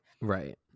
right